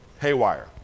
haywire